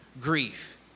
grief